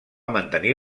mantenir